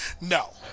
No